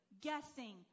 guessing